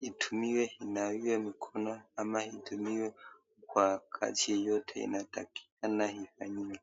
itumiwe kunawia mikono ama itumiwe kwa kazi yeyote inatakikana ifanyiwe.